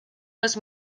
les